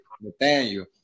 Nathaniel